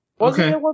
Okay